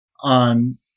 on